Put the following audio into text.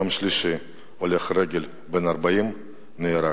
יום שלישי, הולך רגל בן 40 נהרג.